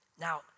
Now